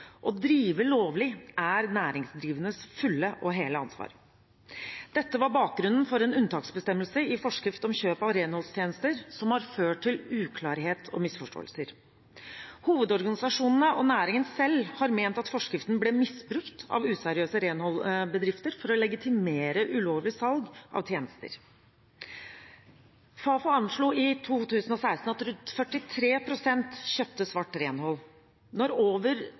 Å drive lovlig er næringsdrivendes fulle og hele ansvar. Dette var bakgrunnen for en unntaksbestemmelse i forskrift om kjøp av renholdstjenester som har ført til uklarhet og misforståelser. Hovedorganisasjonene og næringen selv har ment at forskriften ble misbrukt av useriøse renholdsbedrifter for å legitimere ulovlig salg av tjenester. Fafo anslo i 2016 at rundt 43 pst. kjøpte svart renhold. Når over